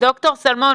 --- 30,000.